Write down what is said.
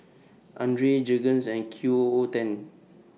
Andre Jergens and Qoo ten